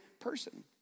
person